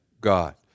God